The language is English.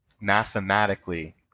mathematically